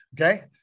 Okay